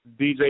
DJ